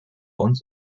uns